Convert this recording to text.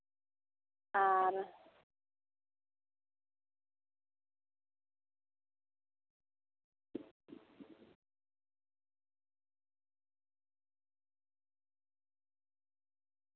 ᱟᱨ